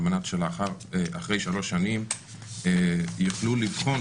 על מנת שאחרי שלוש שנים יוכלו לבחון